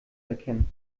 erkennen